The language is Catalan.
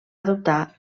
adoptar